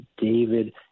David